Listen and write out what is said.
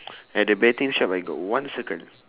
at the betting shop I got one circle